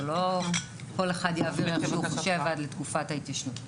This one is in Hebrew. זה לא כל אחד יעביר איך שהוא חושב עד לתקופת ההתיישנות.